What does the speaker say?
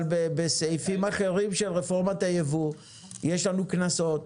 אבל בסעיפים אחרים של רפורמת הייבוא יש לנו קנסות,